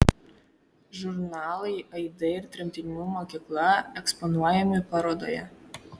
žurnalai aidai ir tremtinių mokykla eksponuojami parodoje